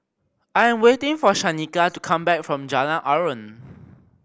I am waiting for Shanika to come back from Jalan Aruan